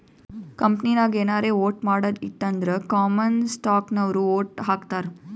ಕಂಪನಿನಾಗ್ ಏನಾರೇ ವೋಟ್ ಮಾಡದ್ ಇತ್ತು ಅಂದುರ್ ಕಾಮನ್ ಸ್ಟಾಕ್ನವ್ರು ವೋಟ್ ಹಾಕ್ತರ್